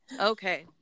Okay